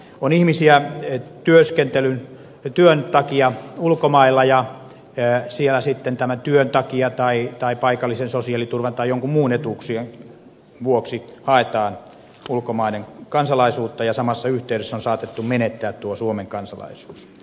on ihmisiä työn takia ulkomailla ja siellä sitten työn takia tai paikallisen sosiaaliturvan tai joidenkin muiden etuuksien vuoksi haetaan ulkomaiden kansalaisuutta ja samassa yhteydessä on saatettu menettää tuo suomen kansalaisuus